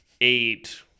eight